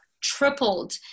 tripled